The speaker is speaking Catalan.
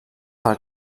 pel